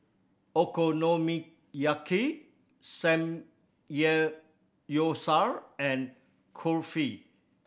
Okonomiyaki Samgeyopsal and Kulfi